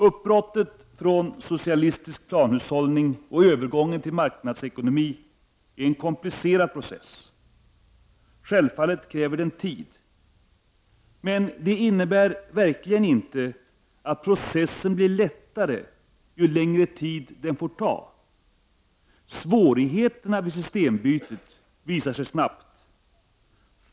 Uppbrottet från socialistisk planhushållning och övergången till marknadsekonomi är en komplicerad process. Den kräver självfallet tid. Men det innebär verkligen inte att processen blir lättare ju längre tid den får ta. Svårigheterna vid systembytet visar sig snabbt.